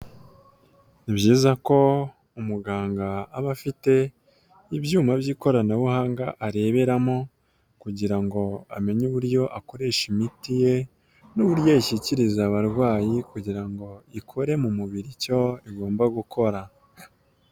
Ni byiza ko umuganga aba afite ibyuma by'ikoranabuhanga areberamo kugira ngo amenye uburyo akoresha imiti ye n'uburyo yashyikiriza abarwayi kugira ngo ikore mu mubiri icyo igomba gukora.